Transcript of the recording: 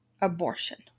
Abortion